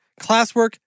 classwork